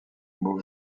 mots